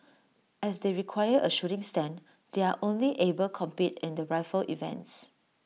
as they require A shooting stand they are only able compete in the rifle events